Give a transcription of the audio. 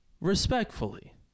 Respectfully